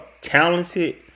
talented